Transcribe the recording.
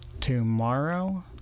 tomorrow